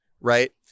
right